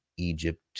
Egypt